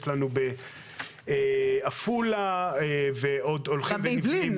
בעפולה וכו',